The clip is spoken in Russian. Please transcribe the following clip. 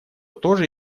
тоже